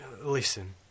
Listen